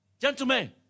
Gentlemen